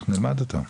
אנחנו נלמד אותם.